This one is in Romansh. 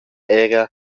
era